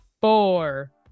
four